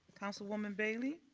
councilwoman bailey.